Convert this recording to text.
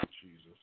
Jesus